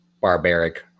barbaric